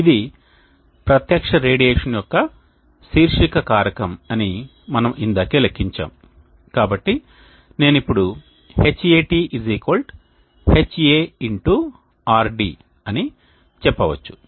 ఇది ప్రత్యక్ష రేడియేషన్ యొక్క శీర్షిక కారకం అని మనము ఇందాకే లెక్కించాము కాబట్టి నేను ఇప్పుడు Hat Ha x RD అని చెప్పవచ్చు